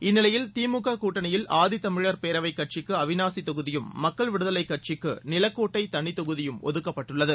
இந்நிலையில் திமுக கூட்டணியில் ஆதிதமிழர் பேரவைக் கட்சிக்கு அவினாசி தொகுதியும் மக்கள் விடுதலை கட்சிக்கு நிலக்கோட்டை தனித் தொகுதி ஒதுக்கப்பட்டுள்ளது